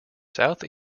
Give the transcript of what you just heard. south